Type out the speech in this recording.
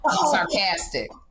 sarcastic